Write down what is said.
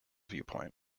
viewpoint